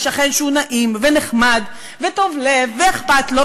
שכן שהוא נעים ונחמד וטוב לב ואכפת לו,